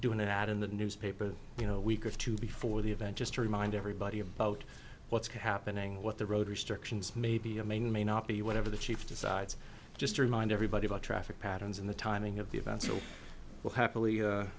doing an ad in the newspaper you know week or two before the event just to remind everybody about what's happening what the road restrictions maybe of maine may not be whatever the chief decides just to remind everybody about traffic patterns and the timing of the event so we'll happily